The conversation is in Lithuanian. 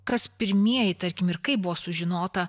kas pirmieji tarkim ir kaip buvo sužinota